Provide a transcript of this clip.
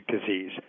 disease